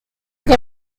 que